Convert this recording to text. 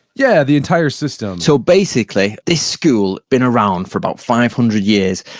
yeah. the entire system so basically, this school been around for about five hundred years,